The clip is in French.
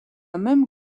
même